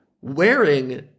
wearing